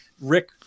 Rick